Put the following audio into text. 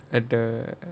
at the